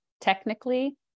technically